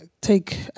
take